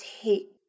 take